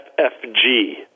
FFG